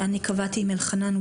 אני קבעתי עם אלחנן.